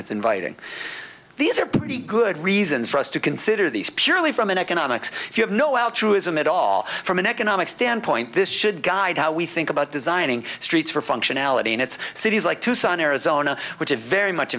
it's inviting these are pretty good reasons for us to consider these purely from an economics if you have no altruism at all from an economic standpoint this should guide how we think about designing streets for functionality and it's cities like tucson arizona which is very much